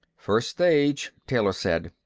first stage, taylor said.